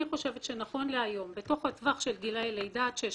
אני חושבת שנכון להיום בתוך הטווח של גילאי לידה עד שש,